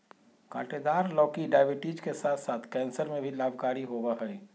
काँटेदार लौकी डायबिटीज के साथ साथ कैंसर में भी लाभकारी होबा हइ